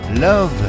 Love